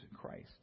Christ